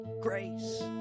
grace